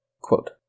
Quote